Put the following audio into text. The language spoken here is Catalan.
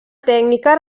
tècnica